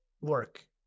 work